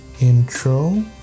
intro